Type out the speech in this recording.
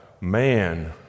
man